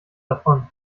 davon